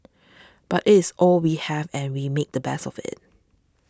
but it's all we have and we make the best of it